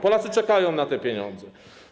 Polacy czekają na te pieniądze.